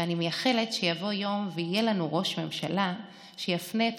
ואני מייחלת שיבוא יום ויהיה לנו ראש ממשלה שיפנה את